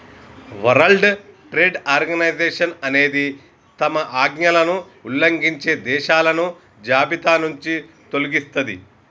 world trade organisation అనేది తమ ఆజ్ఞలను ఉల్లంఘించే దేశాలను జాబితానుంచి తొలగిస్తది